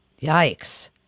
Yikes